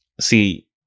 See